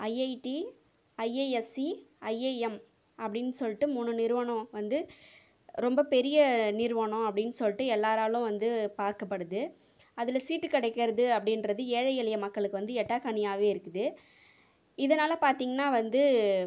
IIT IISc IIM அப்படின்னு சொல்லிட்டு மூணு நிறுவனம் வந்து ரொம்ப பெரிய நிறுவனம் அப்படின்னு சொல்லிட்டு எல்லோராலும் வந்து பார்க்கப்படுது அதில் சீட்டு கிடைக்கிறது அப்படின்றது ஏழை எளிய மக்களுக்கு வந்து எட்டா கனியாகவே இருக்குது இதனால் பார்த்தீங்கன்னா வந்து